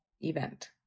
event